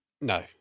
No